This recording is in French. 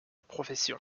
profession